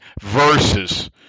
verses